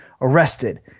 arrested